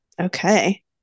Okay